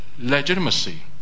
legitimacy